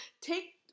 take